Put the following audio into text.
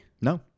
No